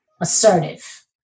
assertive